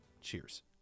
Cheers